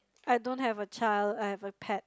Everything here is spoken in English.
I don't have a child I have a pet